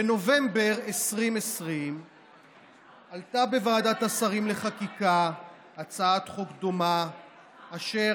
בנובמבר 2020 עלתה בוועדת השרים לחקיקה הצעת חוק דומה אשר